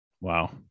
Wow